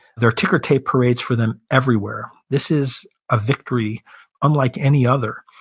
there are ticker-tape parades for them everywhere. this is a victory unlike any other.